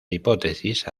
hipótesis